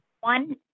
one